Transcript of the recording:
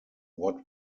what